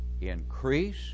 Increase